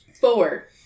Four